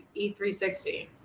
E360